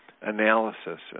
analysis